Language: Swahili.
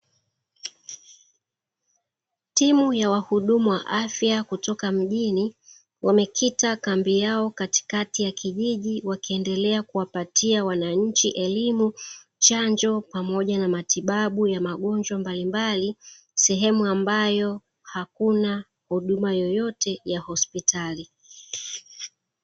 Timu ya wahudumu wa afya kutoka mjini, wamekita kambi yao katikati ya kijiji wakiendelea kuwapatia wanannchi elimu, chanjo pamoja na matibabu ya magonjwa mbalimbali, sehemu ambayo hakuna huduma yoyote ya hospitali.